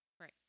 right